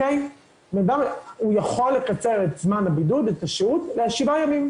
הוא יכול לקצר את זמן הבידוד לשבעה ימים.